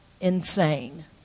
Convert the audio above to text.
insane